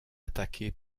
attaqué